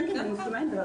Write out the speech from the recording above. כן, כן, אני מסכימה עם זה.